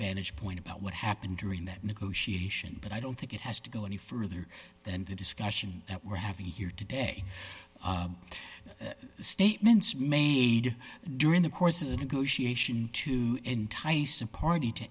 vantage point about what happened during that negotiation but i don't think it has to go any further than the discussion that we're having here today the statements made during the course of the negotiation to entice a party to